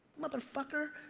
motherfucker.